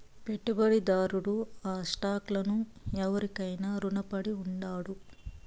పెట్టుబడిదారుడు ఆ స్టాక్ లను ఎవురికైనా రునపడి ఉండాడు